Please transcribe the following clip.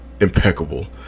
impeccable